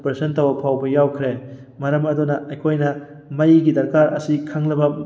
operation ꯇꯧꯕ ꯐꯥꯎꯕ ꯌꯥꯎꯈ꯭ꯔꯦ ꯃꯔꯝ ꯑꯗꯨꯅ ꯑꯩꯈꯣꯏꯅ ꯃꯩꯒꯤ ꯗꯔꯀꯥꯔ ꯑꯁꯤ ꯈꯪꯂꯕ